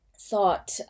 thought